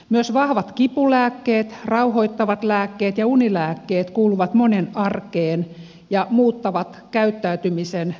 myös vahvat kipulääkkeet rauhoittavat lääkkeet ja unilääkkeet kuuluvat monen arkeen ja muuttavat käyttäytymisen tokkuraiseksi